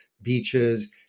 beaches